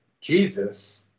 jesus